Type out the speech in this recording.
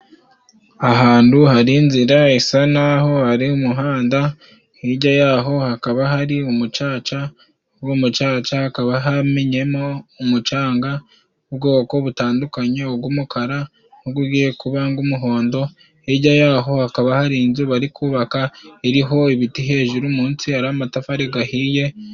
Ahandu hari inzira isa n'aho hari umuhanda, hirya y'aho hakaba hari umucaca. Muri uwo mucanca hakaba hamenyemo umucanga w'ubwoko butandukanye, ug'umukara n'ugugiye kuba ng'umuhondo. Hirya yaho hakaba hari inzu bari kubaka iriho ibiti hejuru, munsi hari amatafari gahiye.